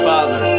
Father